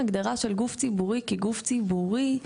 ההגדרה של גוף ציבורי כגוף ציבורי,